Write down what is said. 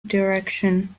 direction